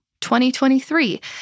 2023